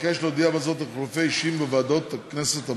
אבקש להודיע בזאת על חילופי אישים בוועדות הכנסת: